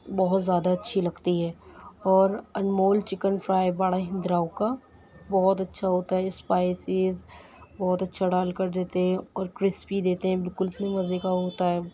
بہت زیادہ اچھی لگتی ہے اور انمول چکن فرائی باڑا ہند راؤ کا بہت اچھا ہوتا ہے اسپائسیز بہت اچھا ڈال کر دیتے ہیں اور کرسپی دیتے ہیں بالکل اتنے مزے کا ہوتا ہے